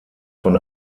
von